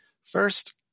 First